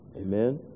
Amen